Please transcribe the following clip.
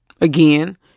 Again